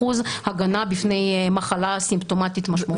הגנה בפני מחלה סימפטומטית משמעותית.